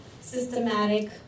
systematic